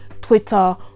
Twitter